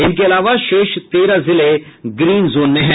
इनके अलावा शेष तेरह जिले ग्रीन जोन में हैं